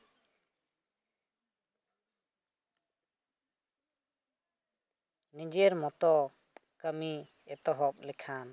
ᱱᱤᱡᱮᱨ ᱢᱚᱛᱚ ᱠᱟᱹᱢᱤ ᱮᱛᱚᱦᱚᱵ ᱞᱮᱠᱷᱟᱱ